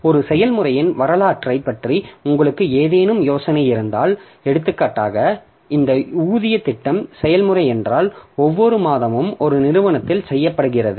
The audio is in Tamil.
ஒரு செயல்முறையின் வரலாற்றைப் பற்றி உங்களுக்கு ஏதேனும் யோசனை இருந்தால் எடுத்துக்காட்டாக இந்த ஊதிய திட்டம் செயல்முறை என்றால் ஒவ்வொரு மாதமும் ஒரு நிறுவனத்தில் செய்யப்படுகிறது